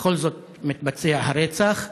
בכל זאת מתבצע הרצח?